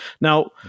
now